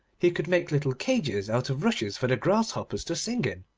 he could make little cages out of rushes for the grasshoppers to sing in,